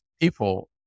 people